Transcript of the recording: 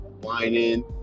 whining